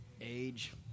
Age